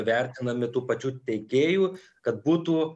vertinami tų pačių teikėjų kad būtų